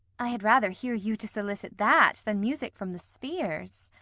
i had rather hear you to solicit that than music from the spheres.